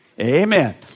Amen